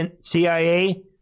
CIA